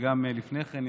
וגם לפני כן,